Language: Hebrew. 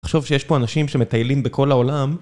תחשוב שיש פה אנשים שמטיילים בכל העולם.